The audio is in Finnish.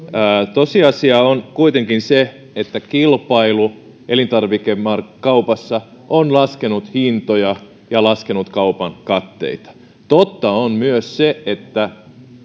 tosiasia on kuitenkin se että kilpailu elintarvikekaupassa on laskenut hintoja ja laskenut kaupan katteita totta on myös se että